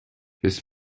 his